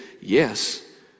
yes